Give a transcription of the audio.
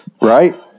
Right